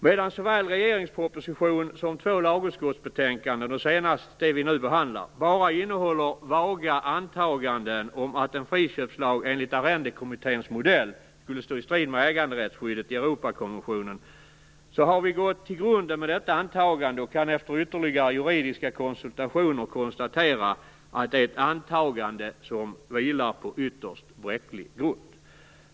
Medan såväl regeringsproposition som två lagutskottsbetänkanden - senast det som vi nu behandlar - bara innehåller vaga antaganden om att en friköpslag enligt Arrendekommitténs modell skulle stå i strid med äganderättsskyddet i Europakonventionen, har vi gått till grunden med detta antagande och kan efter ytterligare juridiska konsultationer konstatera att det är ett antagande som vilar på ytterst bräcklig grund.